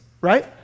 right